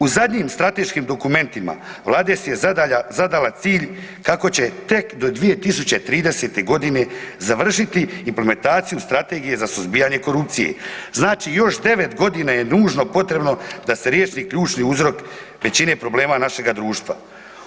U zadnjim strateškim dokumentima, Vlada si je zadala cilj kako će tek do 2030. g. završiti implementaciju Strategije za suzbijanje korupcije, znači još 9 g. je nužni potrebno da se riješi ključni uzrok većine problema našega društva.